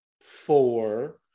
four